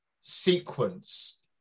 sequence